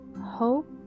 hope